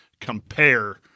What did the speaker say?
compare